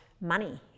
money